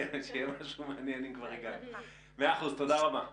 תודה רבה.